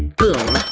boom,